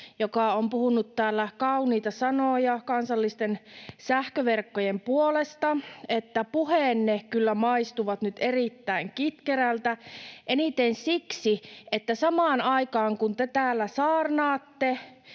joka on puhunut täällä kauniita sanoja kansallisten sähköverkkojen puolesta, että puheenne kyllä maistuvat nyt erittäin kitkerältä, eniten siksi, että samaan aikaan, kun te täällä saarnaatte,